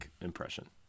impression